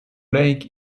lake